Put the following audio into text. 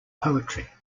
poetry